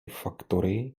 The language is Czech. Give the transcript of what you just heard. faktory